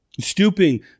stooping